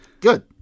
Good